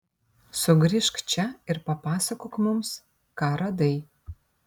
sugrįžk čia ir papasakok mums ką radai